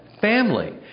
family